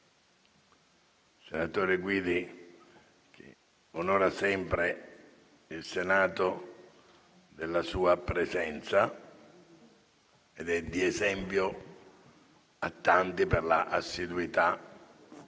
senatore Guidi onora sempre il Senato della sua presenza ed è di esempio a tanti per la sua assiduità in